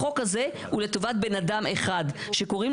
החוק הזה הוא לטובת בן אדם אחד שקוראים